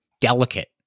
delicate